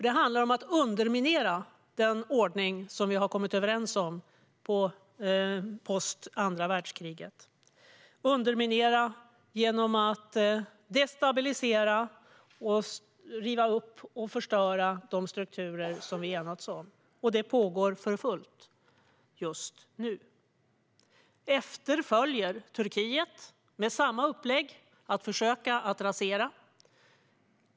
Det handlar om att underminera den ordning vi kom överens om post andra världskriget genom att destabilisera, riva upp och förstöra de strukturer som vi har enats om. Detta pågår för fullt just nu. Efter följer Turkiet med samma upplägg: att försöka rasera.